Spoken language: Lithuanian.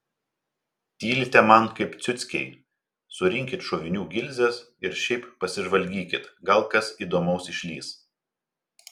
tylite man kaip ciuckiai surinkit šovinių gilzes ir šiaip pasižvalgykit gal kas įdomaus išlįs